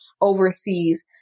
overseas